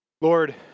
Lord